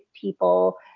people